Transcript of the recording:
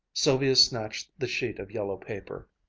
sylvia snatched the sheet of yellow paper.